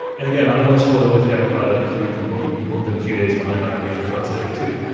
and again, i don't want to spoil it if you haven't caught up because we've we've been a few days behind on our game of thrones lately, too.